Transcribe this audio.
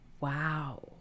Wow